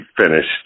finished